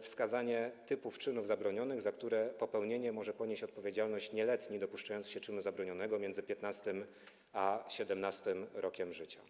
wskazanie typów czynów zabronionych, za których popełnienie może ponieść odpowiedzialność nieletni dopuszczający się czynu zabronionego między 15. a 17. rokiem życia.